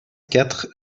quatre